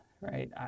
Right